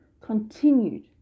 continued